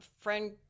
Friend